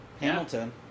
Hamilton